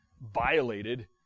violated